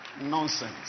Nonsense